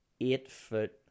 eight-foot